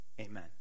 Amen